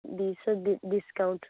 ଦିଶ discount